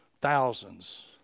thousands